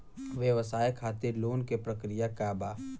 व्यवसाय खातीर लोन के प्रक्रिया का बा?